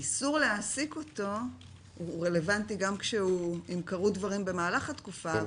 האיסור להעסיק אותו הוא רלוונטי גם אם קרו דברים במהלך התקופה,